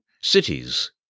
cities